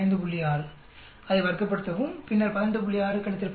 6 அதை வர்க்கப்படுத்தவும் பின்னர் 18 15